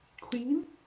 queen